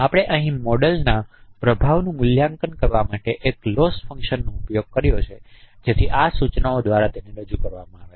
આપણે અહીં મોડેલના પ્રભાવનું મૂલ્યાંકન કરવા માટે અહીં એક લોસ ફંક્શનનો ઉપયોગ કરીએ છીએ જેથી આ સૂચનો દ્વારા અહીં રજૂ કરવામાં આવે છે